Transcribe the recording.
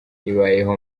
ibayeho